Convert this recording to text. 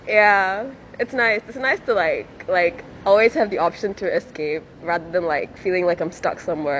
ya it's nice it's nice to like like always have the option to escape rather than like feeling like I'm stuck somewhere